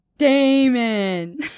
damon